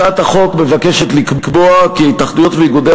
הצעת החוק מבקשת לקבוע כי התאחדויות ואיגודי